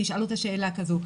תישאלו שאלה כזו.